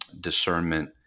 discernment